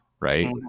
Right